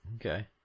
Okay